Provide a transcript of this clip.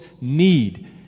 need